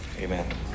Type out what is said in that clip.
Amen